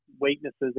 weaknesses